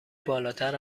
بالاتر